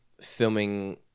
Filming